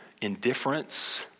indifference